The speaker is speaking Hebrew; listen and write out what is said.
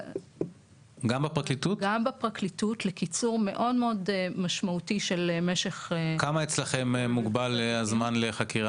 גם בפרקליטות, לקיצור מאוד משמעותי של משך הזמן.